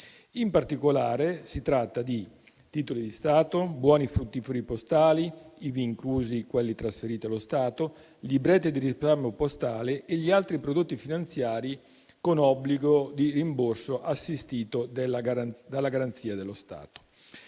In particolare, si tratta di titoli di Stato, buoni fruttiferi postali, ivi inclusi quelli trasferiti allo Stato, libretti di risparmio postale e altri prodotti finanziari con obbligo di rimborso assistito dalla garanzia dello Stato.